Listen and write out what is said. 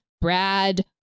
Brad